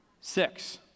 Six